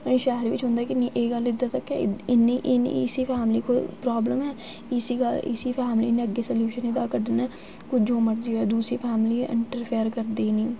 साढ़े शैह्र बिच होंदा कि नेईं एह् गल्ल इद्धर तक ऐ इ'न्न इ'न्नी इस फैमली गी कोई प्रॉब्लम ऐ इसी ते इसी फैमली ने गै अग्गें सॉल्यूशन एह्दा कड्ढना ऐ जो मरजी होऐ दूसरी फैमली इंटरफेयर करदी नी